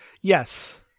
Yes